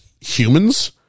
humans